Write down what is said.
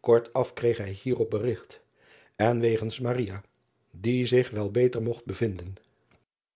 ortaf kreeg hij hierop berigt en wegens dat die zich wel beter mogt bevinden